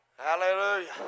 Hallelujah